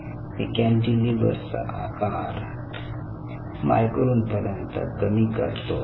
मी कॅन्टीलिव्हरचा आकार मायक्रोन पर्यंत कमी करतो आहे